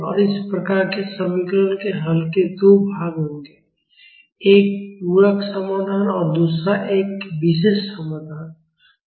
और इस प्रकार के समीकरणों के हल के दो भाग होंगे एक पूरक समाधान है और दूसरा एक विशेष समाधान है